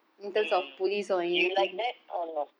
hmm do you like that or not